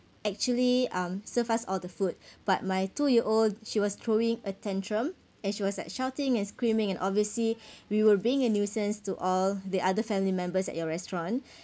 actually um served us all the food but my two year old she was throwing a tantrum and she was like shouting and screaming and obviously we were being a nuisance to all the other family members at your restaurant